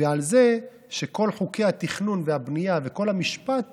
ועל זה שכל חוקי התכנון והבנייה וכל המשפט